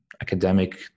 academic